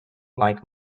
like